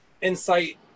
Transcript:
insight